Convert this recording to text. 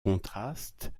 contrastes